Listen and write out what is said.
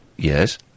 Yes